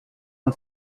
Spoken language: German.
und